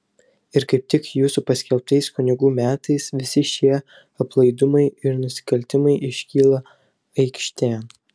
ir kaip tik jūsų paskelbtais kunigų metais visi šie aplaidumai ir nusikaltimai iškyla aikštėn